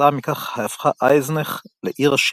וכתוצאה מכך הפכה אייזנך לעיר עשירה.